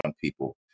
people